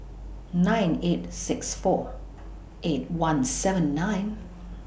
nine eight six four eight one seven nine